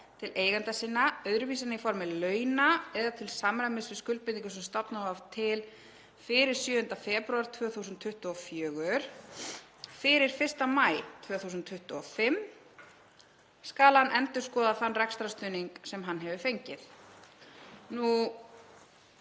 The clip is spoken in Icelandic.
til eigenda sinna, öðruvísi en í formi launa eða til samræmis við skuldbindingu sem stofnað var til fyrir 7. febrúar 2024, fyrir 1. maí 2025 skal hann endurgreiða þann rekstrarstuðning sem hann hefur fengið.“